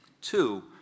Two